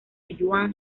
yuan